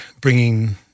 bringing